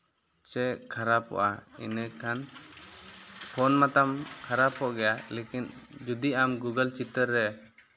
ᱥᱮ ᱠᱷᱟᱨᱟᱯᱚᱜᱼᱟ ᱤᱱᱟᱹᱠᱷᱟᱱ ᱯᱷᱳᱱ ᱢᱟᱛᱟᱢ ᱠᱷᱟᱨᱟᱯᱚᱜ ᱜᱮᱭᱟ ᱞᱮᱠᱤᱱ ᱡᱩᱫᱤ ᱟᱢ ᱜᱩᱜᱚᱞ ᱪᱤᱛᱟᱹᱨ ᱨᱮ